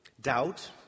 Doubt